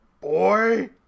boy